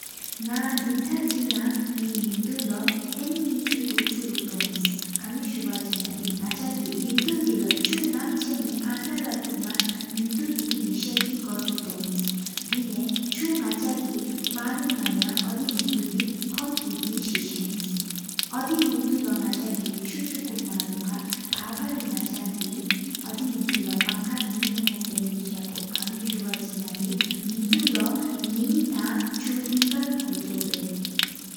ནག་དིན་ཐ་ཕྱིག་ན་ག་ཡིན་རྗེས་ལོ། ཐེན་ནེ་ཆུག་ཆུ་ལུག་ཏོ་ཨིན། ཁ་མི་སུ་ཝ་ཚལ་ན་དེ། ནག་ཅ་གི་རྗེས་ལོ་ཆུ་ནམ་ཆ་མི། ཨཱ་ཏང་ར་ལུག་ན་རྗེས་ལོ་དེ་རྭ་གི་གོ་ཆུག་ཐལ་ཡིན། དེ་ཨ་ཆུ་ནག་ཅ་གི་མ་ལུག་ན་ཡབ། ཨོ་དེ་རྗེས་ལོ་ཁོམ་དེ་གི་སྲིད་བཞིན་ཨིན། ཨོ་དེ་མི་རྗེས་ལོ་ན་ཅ་གི་ཆུ་ཆུ་མ་ལུག་ཐལ། ཕ་ཕ་རི་ནག་ཅ་གི་ཨོ་དེ་མི་རྗེས་ལོ། པང་གར་ཨ་མི་ལོ་ཡབ་ཐྟེན་དེའི་གཟུག་ཨིན། ཁ་མི་སུ་ཝ་ཚལ་ན་དེ་རྗེས་ལོ་རླུ་ཐུང་ཆུ། ཡི་ཕྱོགས་གོ་ཏོ་བ་ཡ།